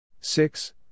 Six